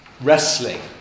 wrestling